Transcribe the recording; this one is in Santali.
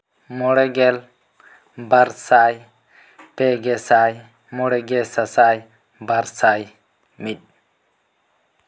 ᱢᱚᱬᱮ ᱜᱮᱞ ᱵᱟᱨ ᱥᱟᱭ ᱯᱮ ᱜᱮ ᱥᱟᱭ ᱢᱚᱬᱮ ᱜᱮ ᱥᱟᱥᱟᱭ ᱵᱟᱨ ᱥᱟᱭ ᱢᱤᱫ